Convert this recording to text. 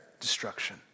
destruction